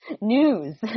News